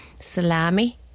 salami